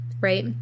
right